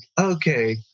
okay